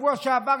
בשבוע שעבר,